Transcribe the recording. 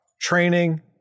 training